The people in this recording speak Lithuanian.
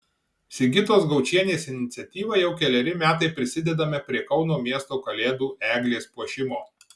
sigitos gaučienės iniciatyva jau keleri metai prisidedame prie kauno miesto kalėdų eglės puošimo